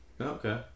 Okay